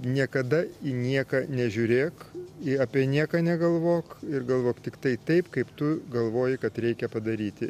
niekada į nieką nežiūrėk į apie nieką negalvok ir galvok tiktai taip kaip tu galvoji kad reikia padaryti